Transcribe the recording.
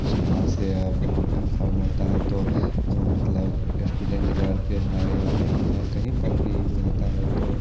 सुविधा से अब ऑनलाइन फार्म होता है तो मतलब एस्टूडेंट घर पे है या नहीं है कहीं पर भी रहता है तो